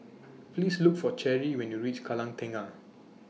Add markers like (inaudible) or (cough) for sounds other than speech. (noise) Please Look For Cherie when YOU REACH Kallang Tengah